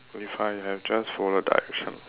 if I have just followed direction